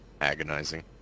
agonizing